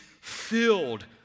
filled